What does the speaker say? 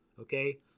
Okay